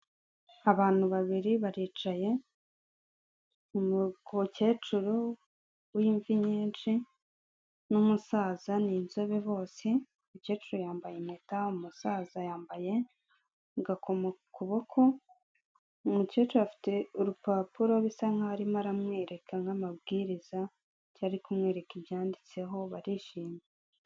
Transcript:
Abantu babiri baricaye, umukecuru w'imvi nyinshi n'umusaza ni inzobe bose, umukecuru yambaye impeta, umusaza yambaye agakomo ku kuboko, umukecuru afite urupapuro bisa nkaho arimo aramwereka nk'amabwiriza cyangwa kumwereka ibyanditseho barishimye.